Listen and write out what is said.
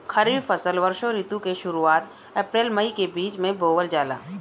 खरीफ फसल वषोॅ ऋतु के शुरुआत, अपृल मई के बीच में बोवल जाला